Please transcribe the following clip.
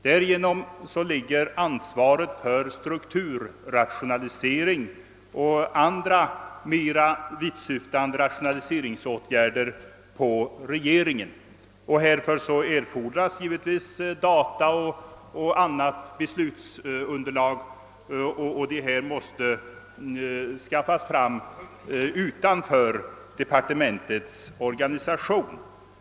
Därigenom ligger ansvaret för strukturrationalisering och andra mer vittsyftande rationaliseringsåtgärder på regeringen. Härför erfordras givetvis data och annat beslutsunderlag, som måste skaffas fram utanför departementens organisation.